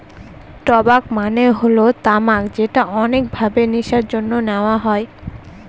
টবাক মানে হল তামাক যেটা অনেক ভাবে নেশার জন্যে নেওয়া হয়